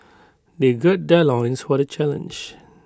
they gird their loins for the challenge